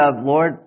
Lord